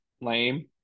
lame